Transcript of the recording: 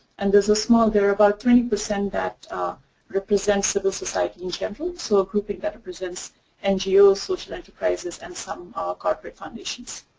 and there's a small there are about twenty percent that represents civil society in generals so a grouping that represents ngos, social enterprises and some corporate foundations.